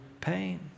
pain